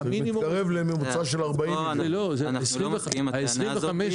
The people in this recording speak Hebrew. זה מתקרב לממוצע של 40. אנחנו לא מסכימים לטענה הזאת.